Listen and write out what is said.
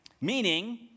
meaning